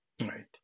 right